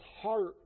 heart